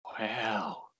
Wow